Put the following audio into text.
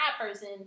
person